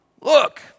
Look